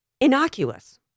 innocuous